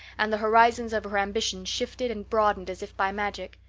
and the horizons of her ambition shifted and broadened as if by magic.